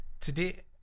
Today